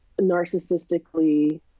narcissistically